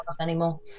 anymore